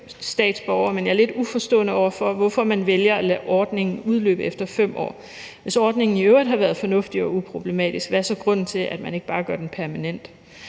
statsborgere, men jeg er lidt uforstående over for, hvorfor man vælger at lade ordningen udløbe efter 5 år. Hvis ordningen i øvrigt har været fornuftig og uproblematisk, hvad er så grunden til, at man ikke bare gør den permanent?